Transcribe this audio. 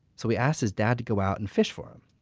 so he asked his dad to go out and fish for him.